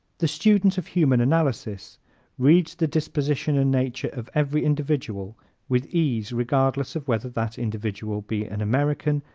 the student of human analysis reads the disposition and nature of every individual with ease regardless of whether that individual be an american,